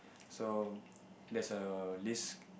so there's a this